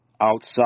outside